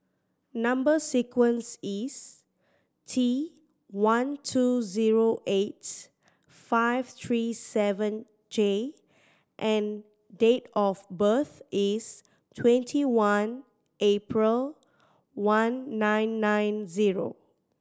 number sequence is T one two zero eight five three seven J and date of birth is twenty one April one nine nine zero